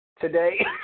today